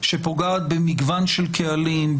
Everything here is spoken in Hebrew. שפוגעת במגוון של קהלים,